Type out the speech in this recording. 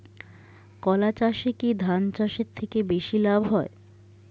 কলা চাষে কী ধান চাষের থেকে বেশী লাভ হয়?